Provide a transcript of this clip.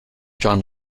john